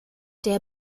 der